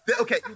Okay